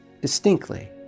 distinctly